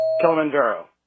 Kilimanjaro